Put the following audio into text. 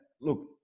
look